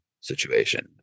situation